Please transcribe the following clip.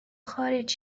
خارج